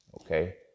okay